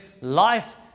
life